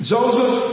Joseph